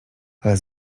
ale